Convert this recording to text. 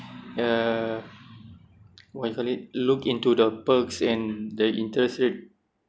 uh what you call it look into the perks and the interest rate